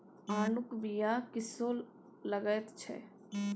आड़ूक बीया कस्सो लगैत छै